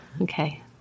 Okay